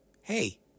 Hey